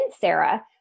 Sarah